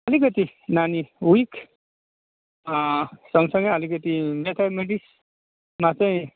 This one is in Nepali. अलिकति नानी विक सँगसँगै अलिकति म्याथमेटिक्समा चाहिँ